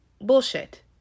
Bullshit